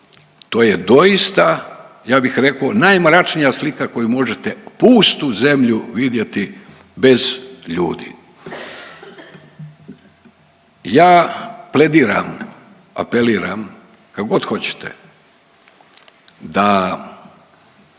to je doista, ja bih rekao, najmračnija slika koju možete, pustu zemlju vidjeti bez ljudi. Ja plediram, apeliram, kako god hoćete, da